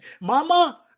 Mama